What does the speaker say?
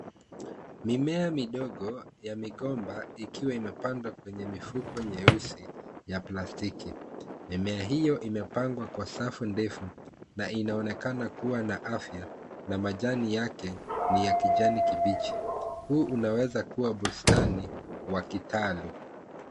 Mimea midogo ya migomba ikiwa imepandwa kwenye mifuko nyeusi ya plastiki, mimea hiyo imepangwa kwa safu ndefu na inaonekana kuwa na afya na majani yake ni ya kijani kibichi ,huu unaweza kuwa bustani wa kitalu .